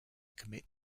commit